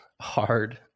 hard